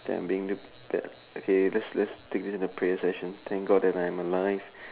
can been that okay let's let's take this prayer's session thank God that I'm alive